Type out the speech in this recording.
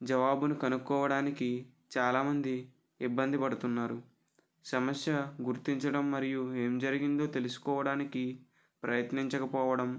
జవాబులు కనుక్కోవడానికి చాలామంది ఇబ్బంది పడుతున్నారు సమస్య గుర్తించడం మరియు ఏం జరిగిందో తెలుసుకోవడానికి ప్రయత్నించకపోవడం